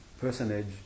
personage